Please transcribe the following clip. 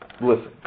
Listen